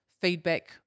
feedback